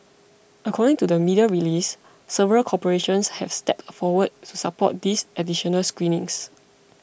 according to the media release several corporations have stepped forward to support these additional screenings